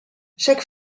chaque